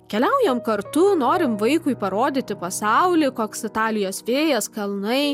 keliaujam kartu norim vaikui parodyti pasaulį koks italijos vėjas kalnai